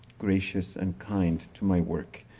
gracious and kind to my work.